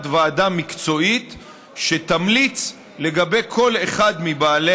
ועדה מקצועית שתמליץ לגבי כל אחד מבעלי